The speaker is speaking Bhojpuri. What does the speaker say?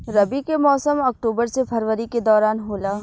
रबी के मौसम अक्टूबर से फरवरी के दौरान होला